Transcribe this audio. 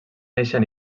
néixer